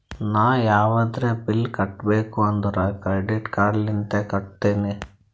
ನಾ ಯಾವದ್ರೆ ಬಿಲ್ ಕಟ್ಟಬೇಕ್ ಅಂದುರ್ ಕ್ರೆಡಿಟ್ ಕಾರ್ಡ್ ಲಿಂತೆ ಕಟ್ಟತ್ತಿನಿ